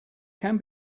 can